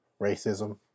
racism